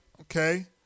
okay